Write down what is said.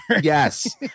Yes